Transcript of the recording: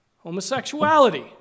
homosexuality